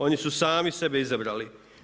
Oni su sami sebe izabrali.